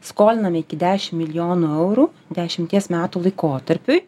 skolinam iki dešim milijonų eurų dešimties metų laikotarpiui